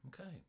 Okay